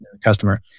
customer